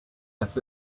left